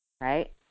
right